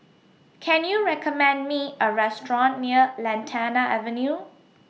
Can YOU recommend Me A Restaurant near Lantana Avenue